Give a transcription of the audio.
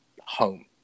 home